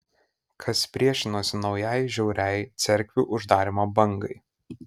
kas priešinosi naujai žiauriai cerkvių uždarymo bangai